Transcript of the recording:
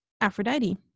Aphrodite